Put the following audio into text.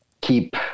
keep